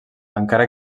encara